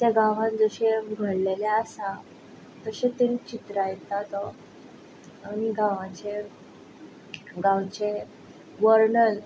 त्या गांवान जशें आमी घडलेले आसा तशेच तरेन चित्रायता तो आनी गांवाचे गांवचे वर्णन